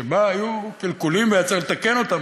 שבה היו קלקולים והיה צריך לתקן אותם,